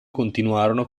continuarono